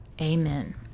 Amen